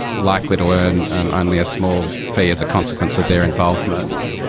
likely to earn only a small fee as a consequence of their involvement,